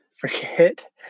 forget